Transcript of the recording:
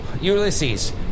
Ulysses